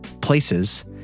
places